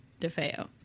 DeFeo